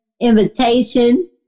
invitation